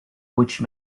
which